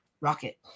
Rocket